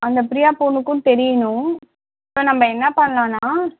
அந்த ப்ரியா பொண்ணுக்கும் தெரியணும் இப்போ நம்ப என்ன பண்ணலான்னா